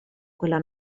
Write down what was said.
quella